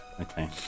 okay